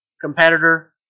competitor